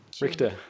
Richter